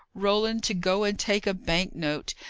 roland to go and take a bank-note!